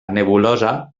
nebulosa